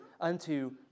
unto